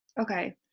Okay